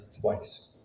twice